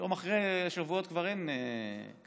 ויום אחרי שבועות כבר אין קהל,